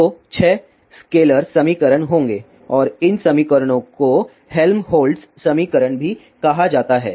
तो छह स्केलर समीकरण होंगे और इन समीकरणों को हेल्महोल्ट्ज़ समीकरण भी कहा जाता है